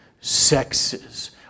sexes